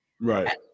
Right